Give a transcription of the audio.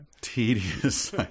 Tedious